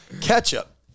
Ketchup